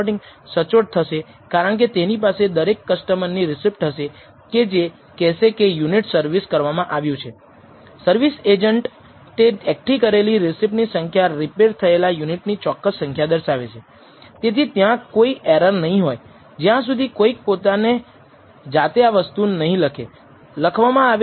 18 કદાચ ઋણ અને આ કદાચ ધન છે જેમાં 0 ઈન્ટર્વલસનો સમાવેશ થાય છે અને પછી આપણે ચોક્કસપણે નિર્ણય લેવો પડશે કે β1 નોંધપાત્ર નથી અને ખરેખર β1 0 સાચું છે